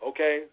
Okay